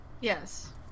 Yes